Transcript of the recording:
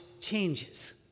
changes